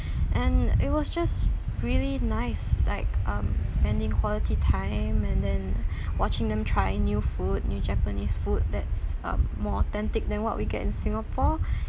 and it was just really nice like um spending quality time and then watching them try new food new japanese food that's um more authentic than what we get in singapore